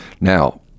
Now